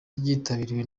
ryitabiriwe